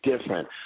different